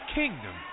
kingdom